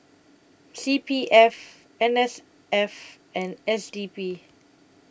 C P F N S F and S D P